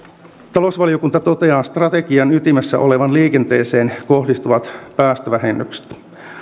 talousvaliokunta toteaa strategian ytimessä olevan liikenteeseen kohdistuvat päästövähennykset